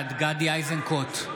בעד גדי איזנקוט,